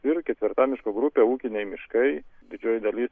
ir ketvirta miškų grupė ūkiniai miškai didžioji dalis